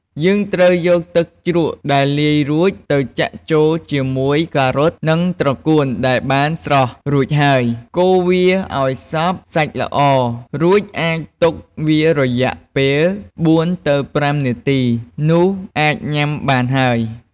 យើងត្រូវយកទឹកជ្រក់ដែលលាយរួច ទៅចាក់ចូលជាមួយការ៉ុត និងត្រកួនដែលបានស្រុះ រួចហើយ កូរវាឱ្យសព្វសាច់ល្អ រួចអាចទុកវារយៈពេល ៤-៥ នាទី នោះអាចញ៉ាំបានហើយ។